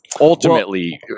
ultimately